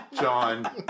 John